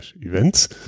Events